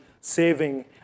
saving